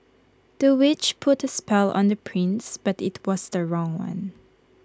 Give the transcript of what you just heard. the witch put A spell on the prince but IT was the wrong one